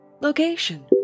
location